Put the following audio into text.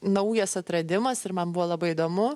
naujas atradimas ir man buvo labai įdomu